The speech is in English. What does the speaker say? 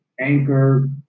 Anchor